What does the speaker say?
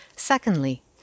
Secondly